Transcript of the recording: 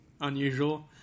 unusual